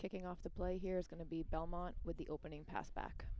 kicking off the play here is going to be belmont with the opening pass back